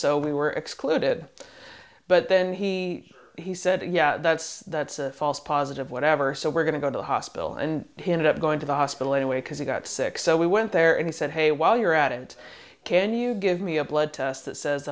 so we were excluded but then he he said yeah that's that's a false positive whatever so we're going to go to the hospital and he ended up going to the hospital anyway because he got sick so we went there and he said hey while you're at it can you give me a blood test that says